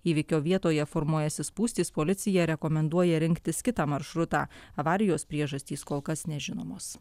įvykio vietoje formuojasi spūstys policija rekomenduoja rinktis kitą maršrutą avarijos priežastys kol kas nežinomos